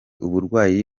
uburwayi